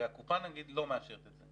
והקופה נגיד לא מאשרת את זה